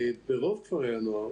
ברוב כפרי הנוער